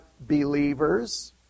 believers